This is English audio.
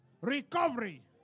recovery